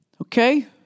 Okay